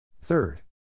Third